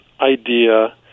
idea